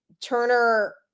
Turner